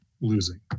losing